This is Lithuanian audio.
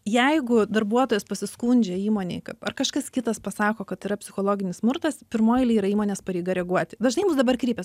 jeigu darbuotojas pasiskundžia įmonei ar kažkas kitas pasako kad yra psichologinis smurtas pirmoj eilėj yra įmonės pareiga reaguoti dažnai į mus dabar kreipias